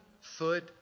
foot